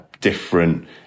different